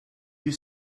you